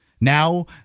Now